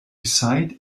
beside